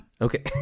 okay